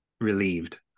relieved